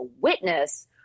witness